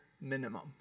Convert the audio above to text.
minimum